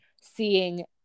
seeing